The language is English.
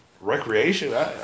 Recreation